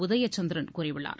உதயசந்திரன் கூறியுள்ளார்